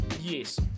yes